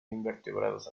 invertebrados